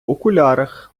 окулярах